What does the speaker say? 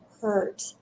hurt